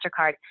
MasterCard